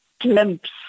glimpse